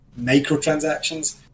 microtransactions